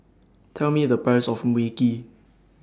Tell Me The Price of Mui Kee